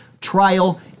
trial